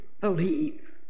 believe